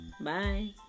Bye